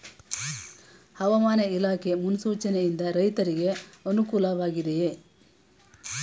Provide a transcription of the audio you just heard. ಹವಾಮಾನ ಇಲಾಖೆ ಮುನ್ಸೂಚನೆ ಯಿಂದ ರೈತರಿಗೆ ಅನುಕೂಲ ವಾಗಿದೆಯೇ?